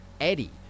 Eddie